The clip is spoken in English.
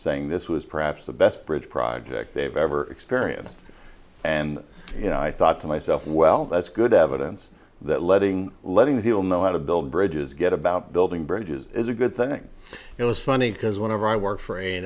saying this was perhaps the best bridge project they've ever experienced and you know i thought to myself well that's good evidence that letting letting people know how to build bridges get about building bridges is a good thing it was funny because whenever i work for